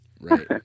Right